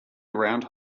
around